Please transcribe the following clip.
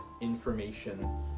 information